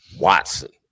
Watson